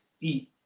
eat